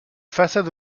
façade